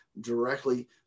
directly